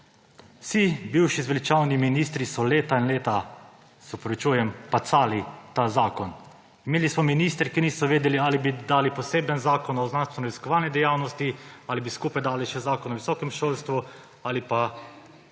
Vsi bivši zveličavni ministri so leta in leta, se opravičujem, pacali ta zakon. Imeli smo ministre, ki niso vedeli, ali bi dali poseben zakon o znanstvenoraziskovalni dejavnosti ali bi skupaj dali še zakon o visokem šolstvu, ali pa